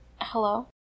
Hello